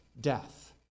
death